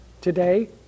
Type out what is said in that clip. today